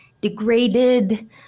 degraded